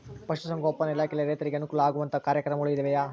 ಪಶುಸಂಗೋಪನಾ ಇಲಾಖೆಯಲ್ಲಿ ರೈತರಿಗೆ ಅನುಕೂಲ ಆಗುವಂತಹ ಕಾರ್ಯಕ್ರಮಗಳು ಇವೆಯಾ?